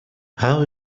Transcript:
how